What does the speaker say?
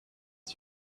let